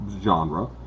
genre